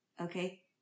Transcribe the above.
Okay